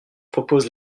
propose